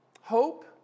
hope